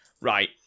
Right